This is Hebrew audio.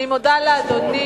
אני מודה לאדוני.